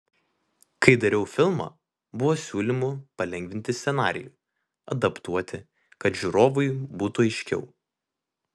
kai dariau filmą buvo siūlymų palengvinti scenarijų adaptuoti kad žiūrovui būtų aiškiau